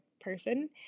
person